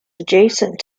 adjacent